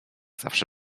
zawsze